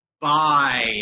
Bye